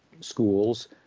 schools